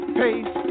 pace